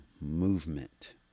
movement